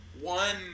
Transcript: one